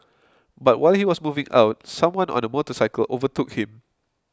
but while he was moving out someone on a motorcycle overtook him